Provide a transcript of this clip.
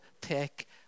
take